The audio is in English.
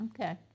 Okay